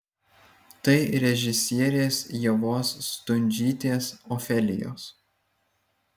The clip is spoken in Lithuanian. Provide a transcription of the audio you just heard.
tai režisierės ievos stundžytės ofelijos